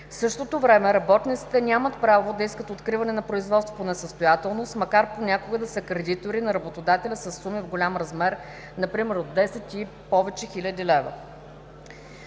В същото време работниците нямат право да искат откриване на производство по несъстоятелност, макар понякога да са кредитори на работодателя със суми в голям размер, например от 10 000 и повече лева.